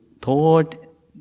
thought